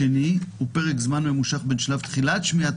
השני הוא פרק זמן ממושך בשלב תחילת שמיעת